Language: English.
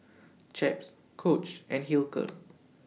Chaps Coach and Hilker